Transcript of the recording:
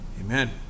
Amen